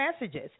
messages